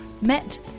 met